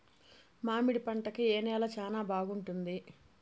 మామిడి పంట కి ఏ నేల చానా బాగుంటుంది